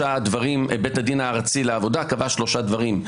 בית הדין הארצי לעבודה קבע שלושה דברים.